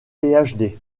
phd